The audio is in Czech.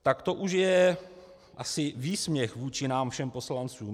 Tak to už je výsměch vůči nám všem poslancům.